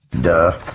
Duh